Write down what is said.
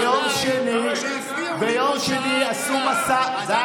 ביום שני, ביום שני, ביום שני עשו משא, אתה